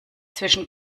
zwischen